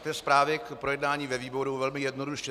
Ke zprávě o projednání ve výboru velmi jednoduše.